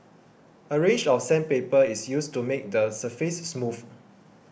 a range of sandpaper is used to make the surface smooth